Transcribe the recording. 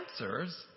answers